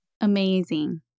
Amazing